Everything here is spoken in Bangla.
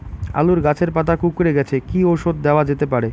আলু গাছের পাতা কুকরে গেছে কি ঔষধ দেওয়া যেতে পারে?